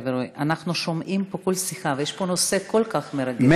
אנחנו שומעים פה כל שיחה, ויש פה נושא כל כך מרגש,